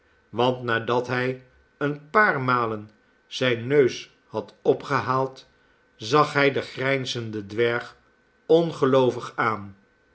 want nadat hij een paar malen zijn neus had opgehaald zag hij den grijnzenden dwerg ongeloovig aan